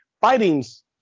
fighting's